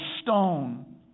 stone